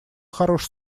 хорош